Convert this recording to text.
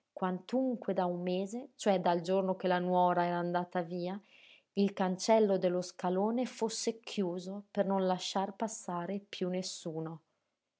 quantunque da un mese cioè dal giorno che la nuora era andata via il cancello dello scalone fosse chiuso per non lasciar passare piú nessuno